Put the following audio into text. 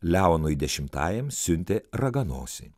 leonui dešimtajam siuntė raganosį